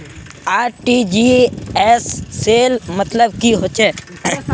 RTGS cell मतलब की होचए?